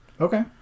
Okay